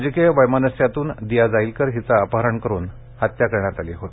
राजकीय वैमनस्यातून दिया जाईलकर हिचं अपहरण करून हत्या करण्यात आली होती